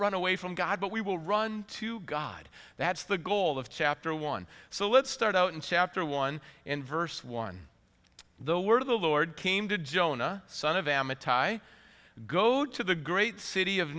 run away from god but we will run to god that's the goal of chapter one so let's start out in chapter one in verse one the word of the lord came to jonah son of amitai go to the great city of